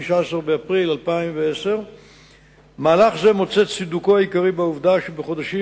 באפריל 2010. מהלך זה מוצא את צידוקו העיקרי בעובדה שבחודשים